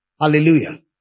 Hallelujah